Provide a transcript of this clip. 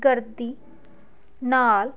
ਗਰਦੀ ਨਾਲ